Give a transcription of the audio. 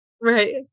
right